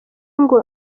ngo